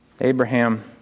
Abraham